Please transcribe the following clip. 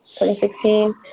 2016